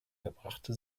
verbrachte